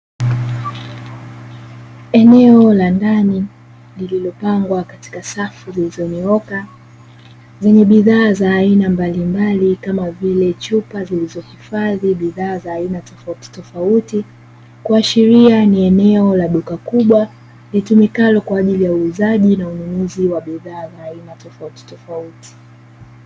Eneo la ndani lililopangwa katika safu zilizo nyooka zenye bidhaa za aina mbalimbali kama vile chupa zilizo hifadhi bidhaa za aina tofauti tofauti, kuashiria ni eneo la duka kubwa litumikalo kwa ajili ya uuzaji na ununuzi wa bidhaa za aina tofauti tofauti.